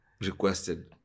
requested